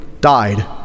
died